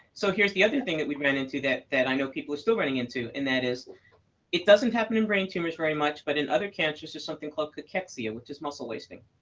so here's the other thing that we ran into that that i know people are still running into, and that is it doesn't happen in brain tumors very much, but in other cancers, there's something called cachexia, which is muscle wasting.